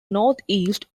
northeast